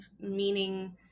meaning